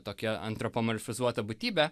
tokio antropamorfizuotą būtybę